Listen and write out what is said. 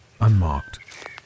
unmarked